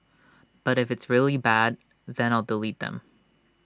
but if it's really very bad then I'll delete them